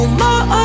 more